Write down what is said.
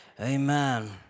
Amen